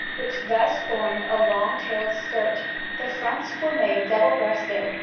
which thus formed a long-tailed skirt the fronts were made double-breasted,